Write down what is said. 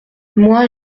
moi